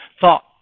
thought